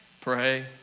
Pray